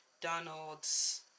Donald's